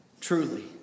Truly